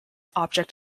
object